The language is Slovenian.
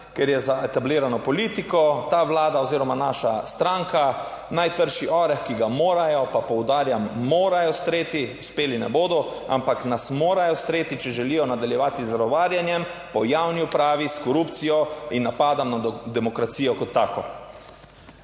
Ker je za etablirano politiko ta vlada oziroma naša stranka najtrši oreh, ki ga morajo, pa poudarjam, morajo streti, uspeli ne bodo, ampak nas morajo streti, če želijo nadaljevati z zagovarjanjem po javni upravi, s korupcijo in napadom na demokracijo kot tako.